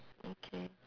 okay